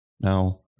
Now